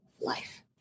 life